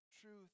truth